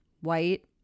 white